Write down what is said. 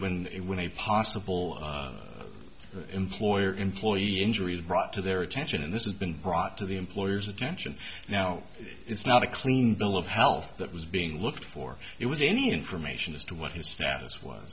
duty when it when a possible employer employee injuries brought to their attention and this is been brought to the employer's attention now it's not a clean bill of health that was being looked for it was any information as to what his status w